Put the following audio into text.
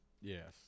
yes